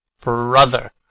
brother